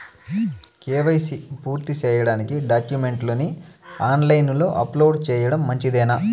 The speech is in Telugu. కే.వై.సి పూర్తి సేయడానికి డాక్యుమెంట్లు ని ఆన్ లైను లో అప్లోడ్ సేయడం మంచిదేనా?